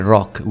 Rock